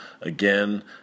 again